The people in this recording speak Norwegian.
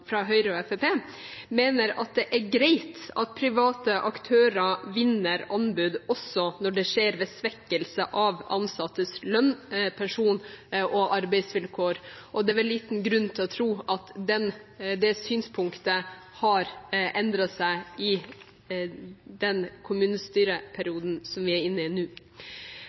fra Høyre og Fremskrittspartiet mener at det er greit at private aktører vinner anbud også når det skjer ved svekkelse av ansattes lønn, pensjon og arbeidsvilkår. Det er liten grunn til å tro at det synspunktet har endret seg i den kommunestyreperioden som vi er inne i nå.